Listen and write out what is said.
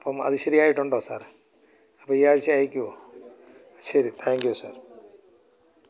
അപ്പം അത് ശരി ആയിട്ടുണ്ടോ സാറേ അപ്പം ഈ ആഴ്ച്ച അയയ്ക്കുമോ ശരി താങ്ക് യു സാർ